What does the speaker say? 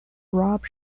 rob